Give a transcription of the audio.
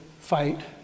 fight